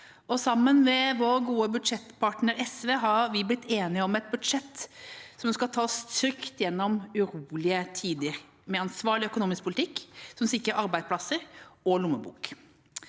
Sammen med vår gode budsjettpartner SV har vi blitt enige om et budsjett som skal ta oss trygt gjennom urolige tider, med ansvarlig økonomisk politikk som sikrer arbeidsplasser og lommebok.